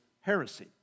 heresy